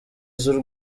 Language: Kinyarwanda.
z’u